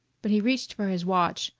but he reached for his watch,